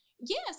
Yes